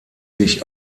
sich